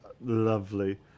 lovely